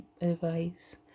advice